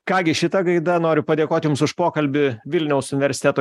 ką gi šita gaida noriu padėkot jums už pokalbį vilniaus universiteto